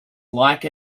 like